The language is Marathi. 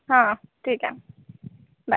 हा ठीक आहे बाय